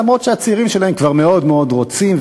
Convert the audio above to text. למרות שהצעירים שלהם כבר מאוד מאוד רוצים,